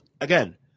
again